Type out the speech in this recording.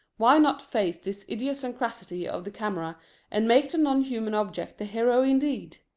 why not face this idiosyncrasy of the camera and make the non-human object the hero indeed?